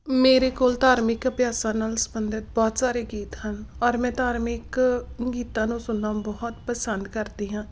ਮੇਰੇ ਕੋਲ ਧਾਰਮਿਕ ਅਭਿਆਸਾਂ ਨਾਲ ਸਬੰਧਿਤ ਬਹੁਤ ਸਾਰੇ ਗੀਤ ਹਨ ਔਰ ਮੈਂ ਧਾਰਮਿਕ ਗੀਤਾਂ ਨੂੰ ਸੁਣਨਾ ਬਹੁਤ ਪਸੰਦ ਕਰਦੀ ਹਾਂ